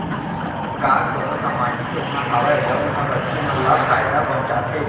का कोनहो सामाजिक योजना हावय जऊन हा बच्ची मन ला फायेदा पहुचाथे?